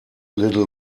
little